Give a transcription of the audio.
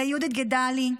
ליהודית גידלי,